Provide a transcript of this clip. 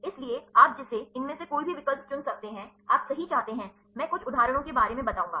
इसलिए आप जिसे इनमें से कोई भी विकल्प चुन सकते हैं आप सही चाहते हैं में कुछ उदाहरणों के बारे में बताऊंगा